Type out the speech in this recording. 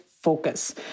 focus